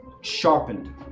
sharpened